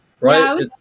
Right